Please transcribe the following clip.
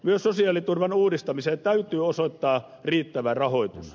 myös sosiaaliturvan uudistamiseen täytyy osoittaa riittävä rahoitus